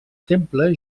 temple